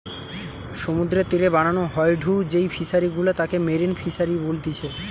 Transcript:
সমুদ্রের তীরে বানানো হয়ঢু যেই ফিশারি গুলা তাকে মেরিন ফিসারী বলতিচ্ছে